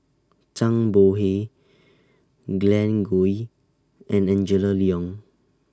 Zhang Bohe Glen Goei and Angela Liong